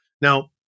Now